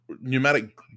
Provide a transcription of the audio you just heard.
Pneumatic